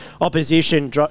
opposition